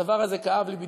הדבר הזה כאב לי,